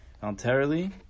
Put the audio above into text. voluntarily